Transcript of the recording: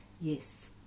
Yes